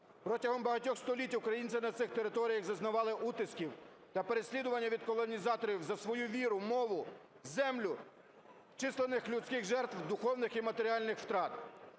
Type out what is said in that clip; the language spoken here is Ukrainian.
Протягом багатьох століть українці на цих територіях зазнавали утисків та переслідування від колонізаторів за свою віру, мову, землю, численних людських жертв, духовних і матеріальних втрат.